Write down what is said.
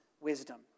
wisdom